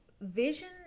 vision